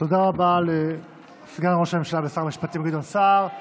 תודה רבה לסגן ראש הממשלה ושר המשפטים גדעון סער.